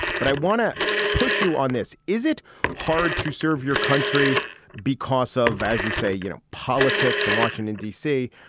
but i want to push you on this. is it hard to serve your country because of, as you say, you know, politics in washington, d c,